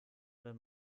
wenn